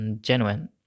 genuine